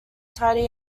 tidy